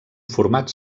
format